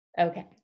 Okay